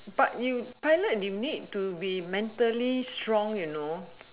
but you pilot you need to be mentally strong you know